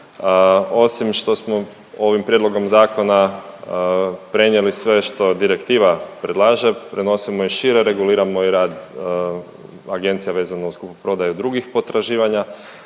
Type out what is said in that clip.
Osim što smo ovim prijedlogom zakona prenijeli sve što direktiva predlaže prenosimo i šire reguliran moj rad agencije vezano uz kupoprodaju drugih potraživanja,